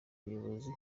buyobozi